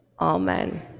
amen